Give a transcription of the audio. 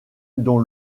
dont